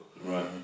Right